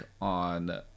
on